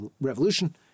Revolution